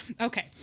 Okay